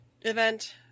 event